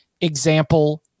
example